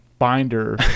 binder